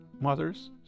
Mothers